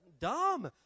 dumb